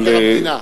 מבקר המדינה.